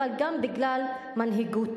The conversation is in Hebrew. אבל גם בגלל מנהיגות.